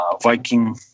Viking